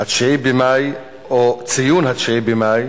9 במאי, או ציון 9 במאי